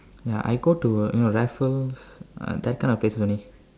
ya I go to uh you know Raffles uh that kind of places only